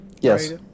Yes